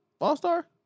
all-star